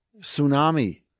tsunami